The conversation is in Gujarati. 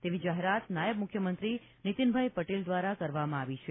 તેવી જાહેરાત નાયબ મુખ્યમંત્રી નિતીનભાઇ પટેલ દ્વારા જાહેરાત કરવામાં આવી છે